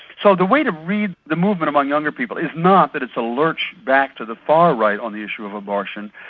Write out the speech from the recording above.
so the way to read the movement among younger people is not that it's a lurch back to the far right on the issue of abortion.